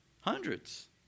Hundreds